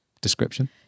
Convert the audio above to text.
description